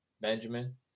Benjamin